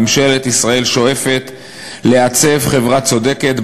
ממשלת ישראל שואפת לעצב חברה צודקת,